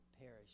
perish